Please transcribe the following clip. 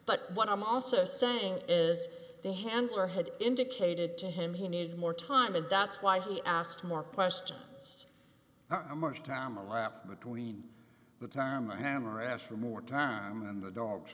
but what i'm also saying is the handler had indicated to him he needed more time and that's why he asked more questions emerge term alap between the term a hammer after more term and the dog